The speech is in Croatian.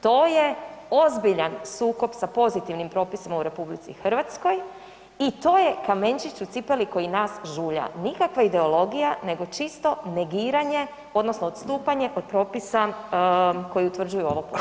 To je ozbiljan sukob sa pozitivnim propisima u RH i to je kamenčić u cipeli koji nas žulja, nikakva ideologija nego čisto negiranje odnosno odstupanje od propisa koji utvrđuju ovo područje.